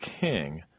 king